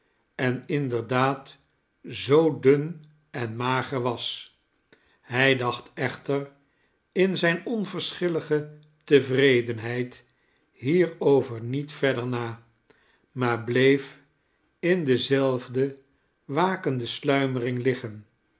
en inderdaad zoo dun en mager was hij dacht echter in zijne onverschillige tevredenheid hierover niet verder na maar bleef in dezelfde